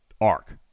arc